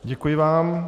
Děkuji vám.